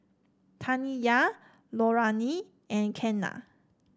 Taniyah Lorayne and Kenan